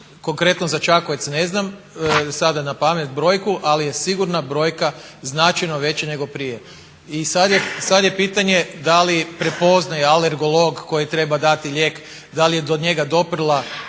Konkretno za Čakovec ne znam sada napamet brojku ali je sigurna brojka značajno veća nego prije. I sada je pitanje da li prepoznaje alergolog koji treba dati lijek, da li je do njega doprla